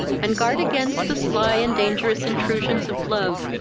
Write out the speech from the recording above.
and guard against the fly and dangerous intrusions of love,